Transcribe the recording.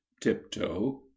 tiptoe